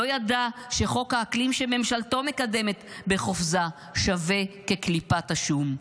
לא ידע שחוק האקלים שממשלתו מקדמת בחופזה שווה כקליפת השום,